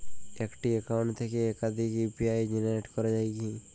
একটি অ্যাকাউন্ট থেকে একাধিক ইউ.পি.আই জেনারেট করা যায় কি?